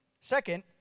Second